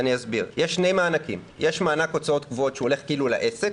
יש שני מענקים: יש מענק הוצאות קבועות שהולך לעסק,